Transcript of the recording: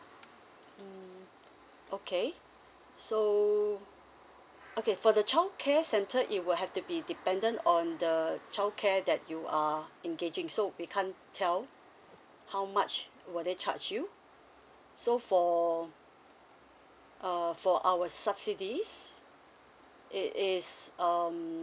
mm okay so okay for the childcare center it will have to be dependent on the childcare that you are engaging so we can't tell how much will they charge you so for uh for our subsidies it is um